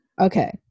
Okay